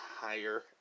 higher